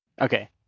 Okay